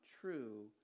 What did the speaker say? true